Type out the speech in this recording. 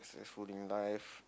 successful in life